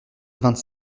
vingt